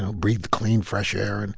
so breathe clean, fresh air. and